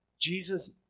Jesus